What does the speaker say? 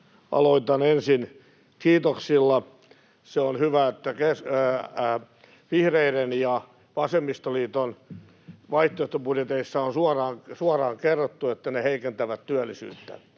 Aloitan ensin kiitoksilla. Se on hyvä, että vihreiden ja vasemmistoliiton vaihtoehtobudjeteissa on suoraan kerrottu, että ne heikentävät työllisyyttä: